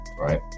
right